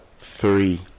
Three